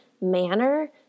manner